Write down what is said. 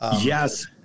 Yes